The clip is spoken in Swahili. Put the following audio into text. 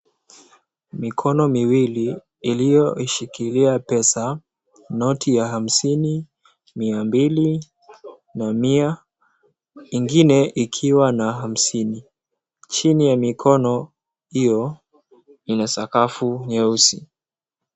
Mikono miwili iliyoshikilia pesa noti ya hamsini, mia mbili na mia, ingine ikiwa na hamsini. Chini ya mikono hiyo, ina sakafu nyeusi.